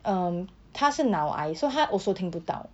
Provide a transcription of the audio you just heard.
um 她是脑癌 so 她 also 听不到